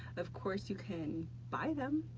of course you can buy them,